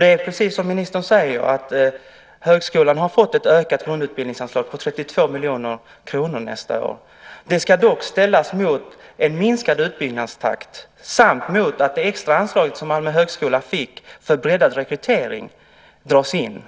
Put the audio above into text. Det är precis som ministern säger. Högskolan har fått ett ökat grundutbildningsanslag på 32 miljoner kronor nästa år. Det ska dock ställas mot en minskad utbyggnadstakt samt mot att det extra anslaget som Malmö högskola fick för breddad rekrytering dras in.